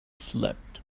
slept